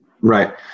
Right